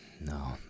No